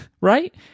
right